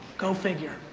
go figure.